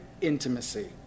intimacy